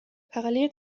parallel